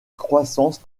croissance